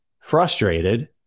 frustrated